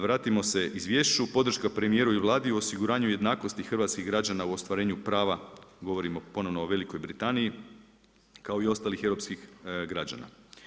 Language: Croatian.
Vratimo se izvješću, podrška premijeru i Vladi u osiguranju jednakosti hrvatskih građana u ostvarenju prava, govorimo ponovno o Velikoj Britaniji kao i ostalih europskih građana.